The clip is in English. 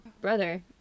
brother